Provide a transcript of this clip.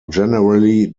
generally